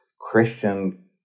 Christian